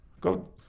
Go